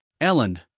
Ellen